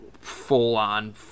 full-on